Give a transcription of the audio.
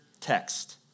text